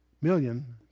million